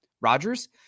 Rodgers